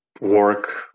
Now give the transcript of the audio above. work